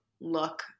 Look